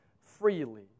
freely